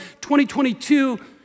2022